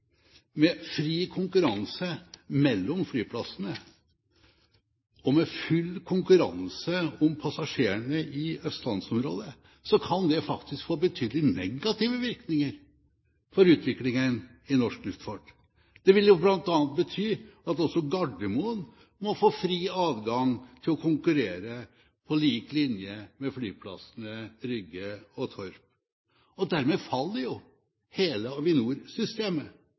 Med fri konkurranse mellom flyplassene og med full konkurranse om passasjerene i østlandsområdet kan det faktisk få betydelige negative virkninger for utviklingen i norsk luftfart. Det ville bl.a. bety at også Gardermoen måtte få fri adgang til å konkurrere på lik linje med flyplassene Rygge og Torp. Dermed ville hele Avinor-systemet falt, og